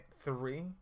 three